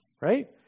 right